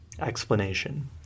explanation